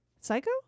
Psycho